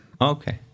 Okay